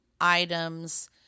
items